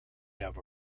have